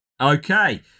Okay